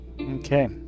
Okay